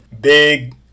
big